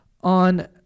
on